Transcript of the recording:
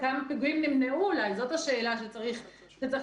אולי כמה פיגועים נמנעו.